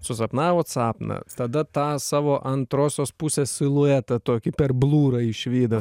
susapnavot sapną tada tą savo antrosios pusės siluetą tokį per blūrą išvydo